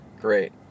Great